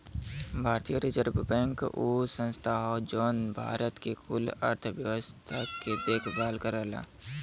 भारतीय reserve bank उ संस्था हौ जौन भारत के कुल अर्थव्यवस्था के देखभाल करला